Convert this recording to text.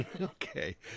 Okay